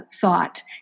thought